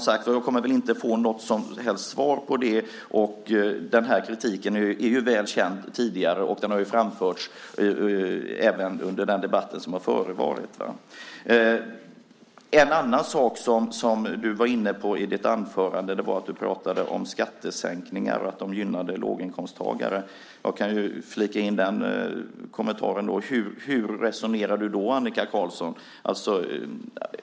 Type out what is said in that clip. Jag kommer väl inte, som sagt, att få något som helst svar, men kritiken är väl känd sedan tidigare. Den har även framförts i dagens debatt. En annan sak som Annika Qarlsson var inne på i sitt anförande gällde skattesänkningar och att de gynnade låginkomsttagare. Då vill jag fråga: Hur resonerar du, Annika Qarlsson?